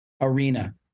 arena